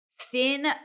thin